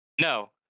no